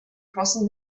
crossing